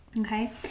okay